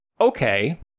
okay